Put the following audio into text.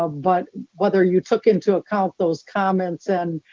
ah but whether you took into account those comments and